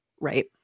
Right